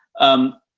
um,